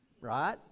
right